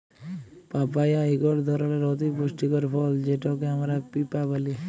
papaya ইকট ধরলের অতি পুষ্টিকর ফল যেটকে আমরা পিঁপা ব্যলি